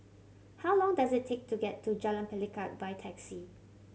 how long does it take to get to Jalan Pelikat by taxi